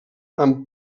amb